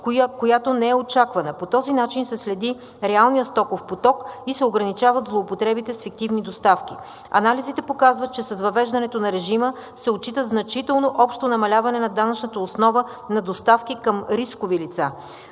която не е очаквана. По този начин се следи реалният стоков поток и се ограничават злоупотребите с фиктивни доставки. Анализите показват, че с въвеждането на режима се отчита значително общо намаляване на данъчната основа на доставки към рискови лица.